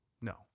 no